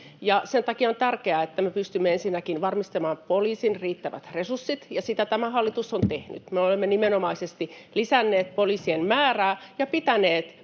Sen takia on tärkeää, että me ensinnäkin pystymme varmistamaan poliisin riittävät resurssit, ja sitä tämä hallitus on tehnyt. Me olemme nimenomaisesti lisänneet poliisien määrää ja pitäneet